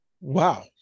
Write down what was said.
Wow